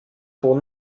pour